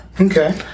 Okay